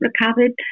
recovered